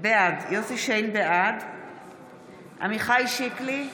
בעד עמיחי שיקלי,